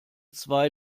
zwei